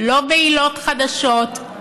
לא בעילות חדשות,